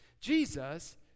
Jesus